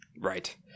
Right